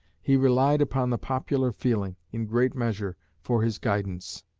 he relied upon the popular feeling, in great measure, for his guidance.